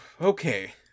okay